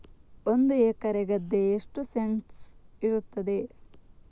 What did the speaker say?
ಒಂದು ಎಕರೆ ಗದ್ದೆ ಎಷ್ಟು ಸೆಂಟ್ಸ್ ಇರುತ್ತದೆ?